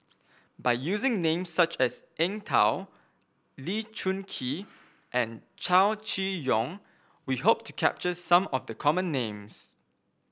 by using names such as Eng Tow Lee Choon Kee and Chow Chee Yong we hope to capture some of the common names